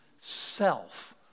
self